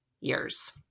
years